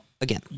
again